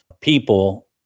people